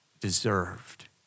deserved